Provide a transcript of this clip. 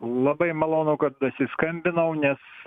labai malonu kad dasiskambinau nes